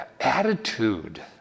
attitude